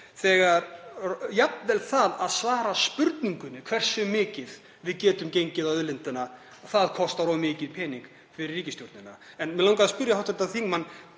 þegar jafnvel það að svara spurningunni um hversu mikið við getum gengið á auðlindina kostar of mikinn pening fyrir ríkisstjórnina. Mig langar að spyrja hv. þingmann